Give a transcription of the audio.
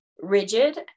rigid